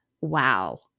wow